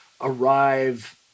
arrive